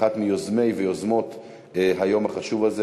אחת מיוזמי ויוזמות היום החשוב הזה.